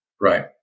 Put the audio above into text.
Right